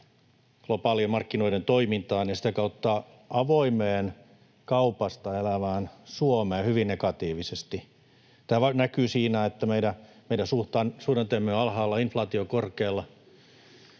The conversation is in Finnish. globaalien markkinoiden toimintaan ja sitä kautta avoimeen, kaupasta elävään Suomeen hyvin negatiivisesti. Tämä näkyy siinä, että meidän suhdanteemme on alhaalla ja inflaatio on korkealla.